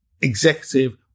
executive